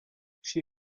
she